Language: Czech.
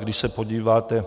A když se podíváte,